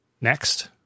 next